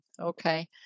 Okay